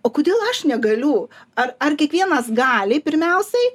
o kodėl aš negaliu ar ar kiekvienas gali pirmiausiai